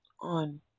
on